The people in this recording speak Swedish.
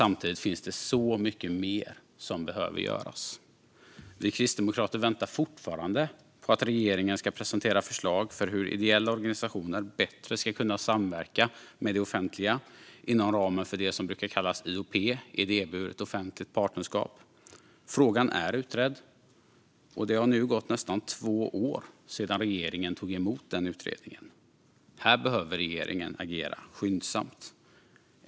Samtidigt finns det mycket mer som behöver göras. Vi kristdemokrater väntar fortfarande på att regeringen ska presentera förslag för hur ideella organisationer bättre ska kunna samverka med det offentliga inom ramen för det som brukar kallas IOP, idéburet offentligt partnerskap. Frågan är utredd, och det har nu gått nästan två år sedan regeringen tog emot den utredningen. Här behöver regeringen agera skyndsamt.